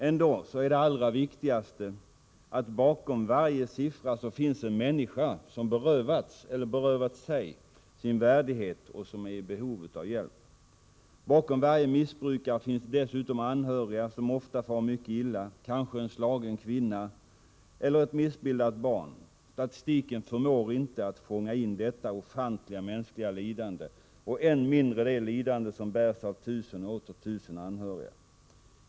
Ändå är det allra viktigaste att bakom varje siffra finns en människa, som berövats eller berövat sig sin värdighet och som är i behov av hjälp. Bakom varje missbrukare finns dessutom anhöriga, som ofta far mycket illa, kanske en slagen kvinna eller ett missbildat barn. Statistiken förmår inte att fånga in detta ofantliga mänskliga lidande och än mindre det lidande som bärs av tusen och åter tusen anhöriga.